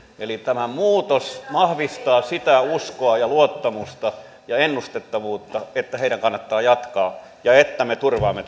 on tämä muutos joka vahvistaa sitä uskoa ja luottamusta ja ennustettavuutta että heidän kannattaa jatkaa ja että me turvaamme